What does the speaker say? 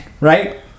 right